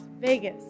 Vegas